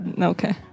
Okay